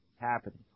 happening